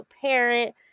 parent